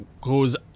goes